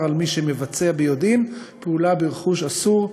על מי שמבצע ביודעין פעולה ברכוש אסור,